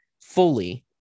fully